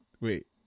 wait